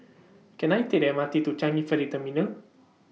Can I Take The M R T to Changi Ferry Terminal